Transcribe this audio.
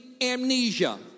amnesia